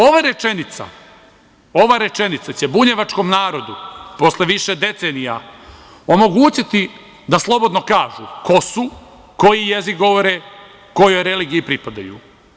Ova rečenica će bunjevačkom narodu, posle više decenija, omogućiti da slobodno kažu ko su, koji jezik govore, kojoj religiji pripadaju.